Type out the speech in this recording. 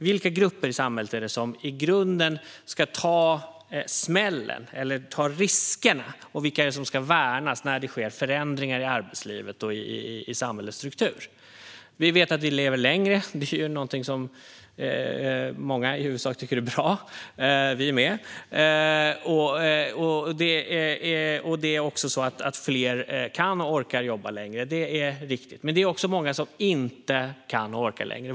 Vilka grupper i samhället är det som i grunden ska ta smällen eller riskerna, och vilka är det som ska värnas när det sker förändringar i arbetslivet och i samhällets struktur? Vi vet att vi lever längre. Det är något som många i huvudsak tycker är bra - Vänsterpartiet också. Det är även så att fler kan och orkar jobba längre. Det är riktigt. Men det finns också många som inte kan och orkar jobba längre.